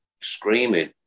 screaming